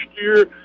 year